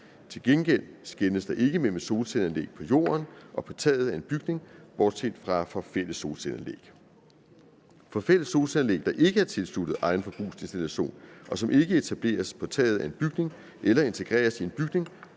Til gengæld skelnes der ikke mellem solcelleanlæg på jorden og på taget af en bygning bortset fra fælles solcelleanlæg. For fælles solcelleanlæg, der ikke er tilsluttet egen forbrugsinstallation, og som ikke etableres på taget af en bygning eller integreres i en bygning,